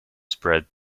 spread